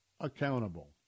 Accountable